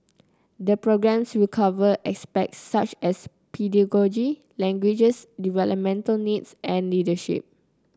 the programmes will cover aspects such as pedagogy languages developmental needs and leadership